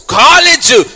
college